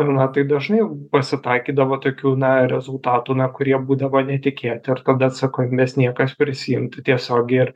ir na tai dažnai pasitaikydavo tokių na rezultatų na kurie būdavo netikėti ir tada atsakomybės niekas prisiimti tiesiog ir